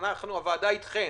הוועדה אתכם,